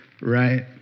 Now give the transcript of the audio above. right